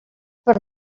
per